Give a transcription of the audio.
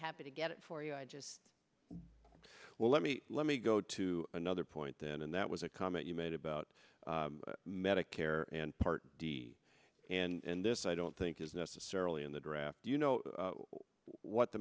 happy to get it for you i just well let me let me go to another point then and that was a comment you made about medicare part d and this i don't think is necessarily in the draft do you know what the